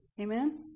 Amen